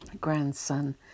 grandson